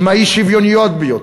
האי-שוויונית ביותר,